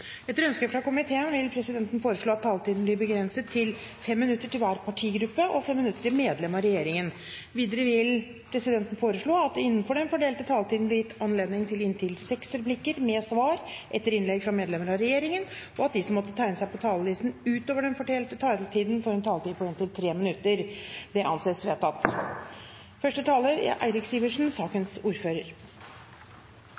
Etter ønske fra kommunal- og forvaltningskomiteen vil presidenten foreslå at taletiden begrenses til 5 minutter til hver partigruppe og 5 minutter til medlem av regjeringen. Videre vil presidenten foreslå at det gis anledning til replikkordskifte på inntil seks replikker med svar etter innlegg fra medlem av regjeringen, innenfor den fordelte taletid. Videre blir det foreslått at de som måtte tegne seg på talerlisten utover den fordelte taletid, får en taletid på inntil 3 minutter. – Det anses vedtatt.